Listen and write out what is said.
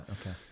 okay